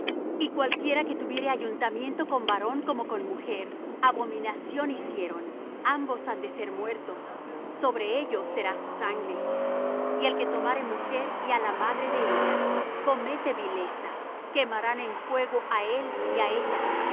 y cualquiera que tuviere ayuntamiento con varón como con mujer abominación hicieron entrambos han de ser muertos sobre ellos será su sangre y el que tomare mujer y á la madre de ella comete vileza quemarán en fuego á él y á ellas